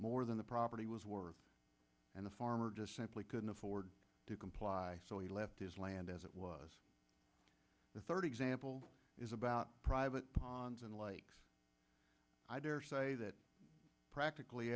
more than the property was worth and the farmer just simply couldn't afford to comply so he left his land as it was the third example is about private ponds and lakes i daresay that practically